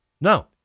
no